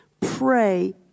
Pray